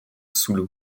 sulu